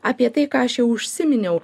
apie tai ką aš jau užsiminiau